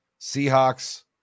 Seahawks